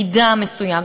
מידע מסוים,